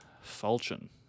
falchion